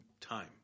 time